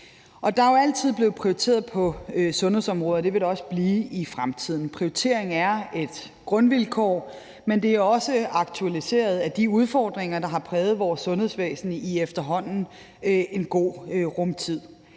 Der er jo altid blevet prioriteret på sundhedsområdet, og det vil der også blive i fremtiden. Prioritering er et grundvilkår, men det er også aktualiseret af de udfordringer, der har præget vores sundhedsvæsen i efterhånden en rum tid,